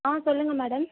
ஆ சொல்லுங்கள் மேடம்